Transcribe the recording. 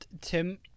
tim